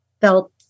felt